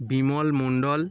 Bimal Mondal